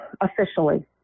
officially